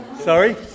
Sorry